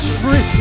free